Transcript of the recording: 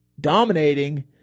Dominating